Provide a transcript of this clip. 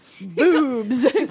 boobs